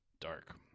Dark